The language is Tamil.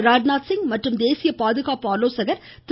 ராஜ்நாத்சிங் மற்றும் தேசிய பாதுகாப்பு ஆலோசகர் திரு